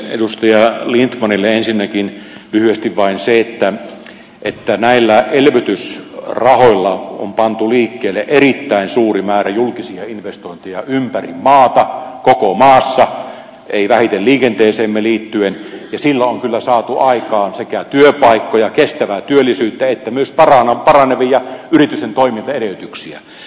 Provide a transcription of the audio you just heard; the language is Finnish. edustaja lindtmanille ensinnäkin lyhyesti vain se että näillä elvytysrahoilla on pantu liikkeelle erittäin suuri määrä julkisia investointeja ympäri maata koko maassa ei vähiten liikenteeseemme liittyen ja sillä on kyllä saatu aikaan sekä työpaikkoja kestävää työllisyyttä että myös paranevia yritysten toimintaedellytyksiä